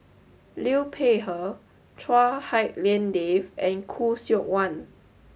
Liu Peihe Chua Hak Lien Dave and Khoo Seok Wan